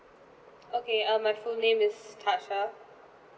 okay uh my full name is tasha